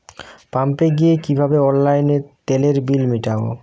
পাম্পে গিয়ে কিভাবে অনলাইনে তেলের বিল মিটাব?